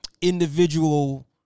individual